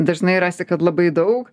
dažnai rasi kad labai daug